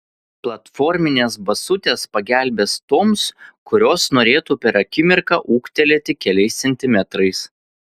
platforminės basutės pagelbės toms kurios norėtų per akimirką ūgtelėti keliais centimetrais